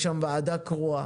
יש שם ועדה קרואה